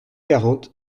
quarante